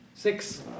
Six